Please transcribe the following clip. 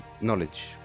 knowledge